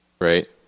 right